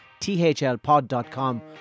thlpod.com